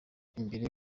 imbere